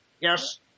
Yes